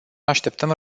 așteptăm